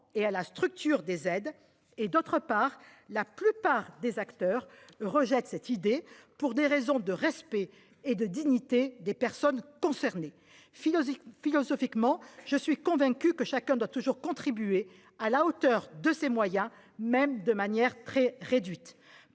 et à la structure des aides et d'autre part, la plupart des acteurs rejettent cette idée pour des raisons de respect et de dignité des personnes concernées philosophique philosophiquement je suis convaincu que chacun doit toujours contribué à la hauteur de ses moyens, même de manière très réduite